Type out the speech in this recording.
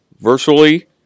virtually